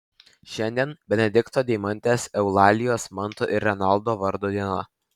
šiandien benedikto deimantės eulalijos manto ir renaldo vardo diena